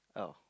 oh